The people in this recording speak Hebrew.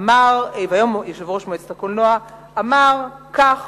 אמר כך,